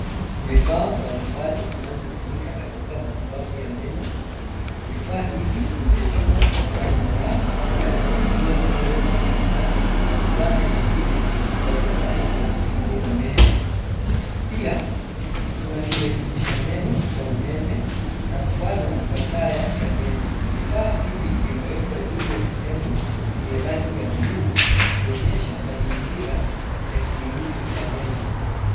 Vifaa mbali mbali vinavyo tumika katika matibabu ya meno, vifaa hivi ni vya chuma vinavyo ng'aa vikiwemo vyoo vidogo mibana na zana nyingine za kudhibiti na kuchunguza meno, pia kuna kirekebisha meno cha umeme na mfano wa taya ya meno. Vifaa hivi vime wekwa juu ya sehemu yenye rangi ya buluu ikionyesha mazingira ya kliniki ya meno.